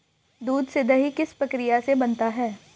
दूध से दही किस प्रक्रिया से बनता है?